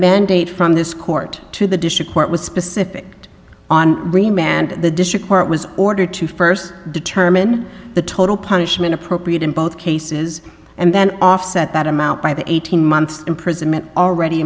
mandate from this court to the district court was specific on remand the district court was ordered to first determine the total punishment appropriate in both cases and then offset that amount by the eighteen months imprisonment already